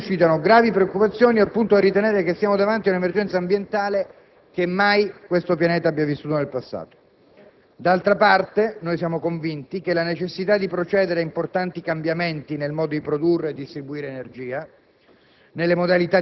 Allarmi che suscitano gravi preoccupazioni al punto da ritenere che siamo davanti ad un'emergenza ambientale mai vissuta da questo pianeta nel passato. D'altra parte, siamo convinti che la necessità di procedere a importanti cambiamenti nel modo di produrre e distribuire energia,